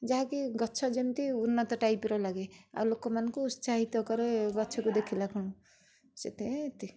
ଯାହାକି ଗଛ ଯେମିତି ଉନ୍ନତ ଟାଇପର ଲାଗେ ଲୋକମାନଙ୍କୁ ଊତ୍ସାହିତ କରେ ଗଛକୁ ଦେଖିଲାକୁଣୁ ସେଇଟା ଏତିକି